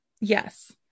Yes